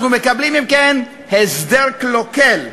אנחנו מקבלים, אם כן, הסדר קלוקל,